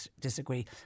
disagree